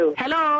hello